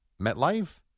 MetLife